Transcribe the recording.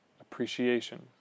appreciation